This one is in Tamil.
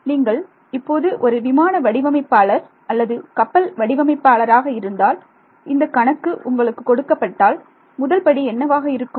நீங்கள் இப்போது ஒரு விமான வடிவமைப்பாளர் அல்லது கப்பல் வடிவமைப்பாளராக இருந்தால் இந்த இந்த கணக்கு உங்களுக்கு கொடுக்கப்பட்டால் முதல்படி என்னவாக இருக்கும்